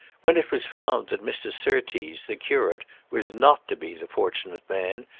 when it was found that mr. surtees the curate was not to be the fortunate man,